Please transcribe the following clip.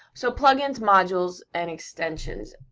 so, plugins, modules, and extensions,